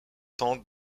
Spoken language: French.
tente